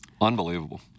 Unbelievable